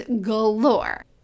galore